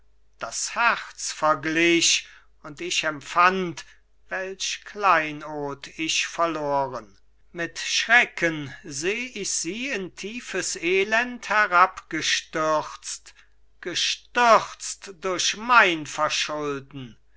das herz verglich und ich empfand welch kleinod ich verloren mit schrecken seh ich sie in tiefes elend herabgestürzt gestürzt durch mein verschulden